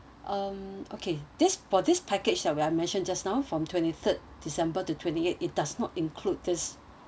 um okay this for this package uh where I mentioned just now from twenty third december to twenty eight it does not include this